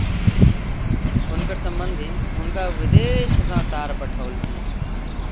हुनकर संबंधि हुनका विदेश सॅ तार पठौलखिन